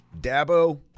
Dabo